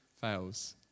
fails